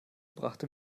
brachte